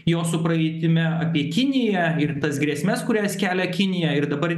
jo supraitime apie kiniją ir tas grėsmes kurias kelia kinija ir dabar